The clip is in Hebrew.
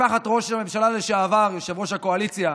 ממשפחת ראש הממשלה לשעבר, יושב-ראש הקואליציה.